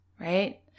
right